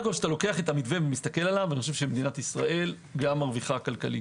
המתווה, מדינת ישראל גם מרוויחה כלכלית,